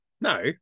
no